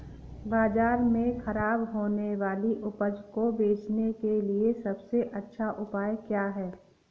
बाज़ार में खराब होने वाली उपज को बेचने के लिए सबसे अच्छा उपाय क्या हैं?